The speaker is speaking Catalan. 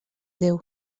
déu